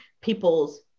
people's